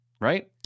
right